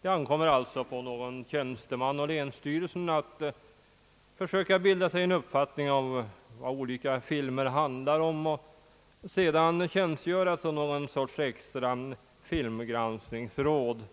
Det ankommer alltså på någon tjänsteman hos länsstyrelsen att försöka bilda sig en uppfattning om vad olika filmer handlar om och sedan tjänstgöra som någon sorts extra filmgranskningsråd.